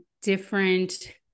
different